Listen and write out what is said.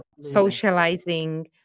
socializing